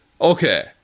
Okay